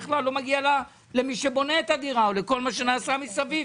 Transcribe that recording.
זה בכלל לא מגיע למי שבונה את הדירה או לכל מה שנעשה מסביב.